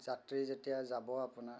যাত্ৰী যেতিয়া যাব আপোনাৰ